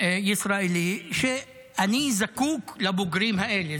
ישראלי ואמר שהוא זקוק לבוגרים האלה.